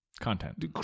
content